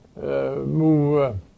move